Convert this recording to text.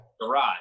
garage